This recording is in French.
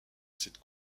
cette